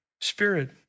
Spirit